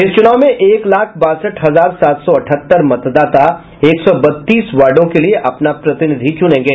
इस चुनाव में एक लाख बासठ हजार सात सौ अठहत्तर मतदाता एक सौ बत्तीस वार्डो के लिए अपना प्रतिनिधि चुनेंगे